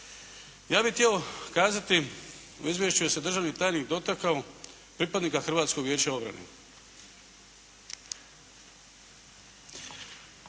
Ja bih htio kazati, u izvješću se državni tajnik dotakao, pripadnika Hrvatskog vijeća obrane.